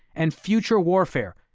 and future warfare,